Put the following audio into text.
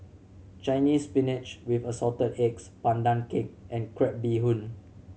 Chinese Spinach with Assorted Eggs Pandan Cake and crab bee hoon